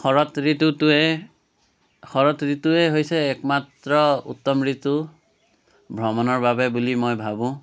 শৰৎ ঋতুটোৱে শৰৎ ঋতুৱেই হৈছে একমাত্ৰ উত্তম ঋতু ভ্ৰমণৰ বাবে বুলি মই ভাবোঁ